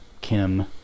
Kim